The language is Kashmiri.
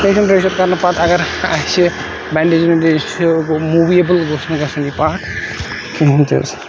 پیشَنٹ رِایٚشور کَرنہٕ پَتہٕ اَگَر اَسہِ بَنڈیج وَنڈیج چھُ موٗویبِل گوٚژھ نہٕ گَژھُن یہِ پاٹ کِہیٖنۍ تہِ حظ